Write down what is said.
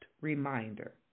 reminder